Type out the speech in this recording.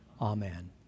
Amen